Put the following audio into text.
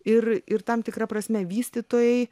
ir ir tam tikra prasme vystytojai